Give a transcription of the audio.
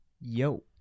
Yo